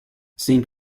seeing